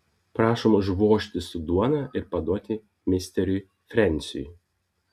prašom užvožti su duona ir paduoti misteriui frensiui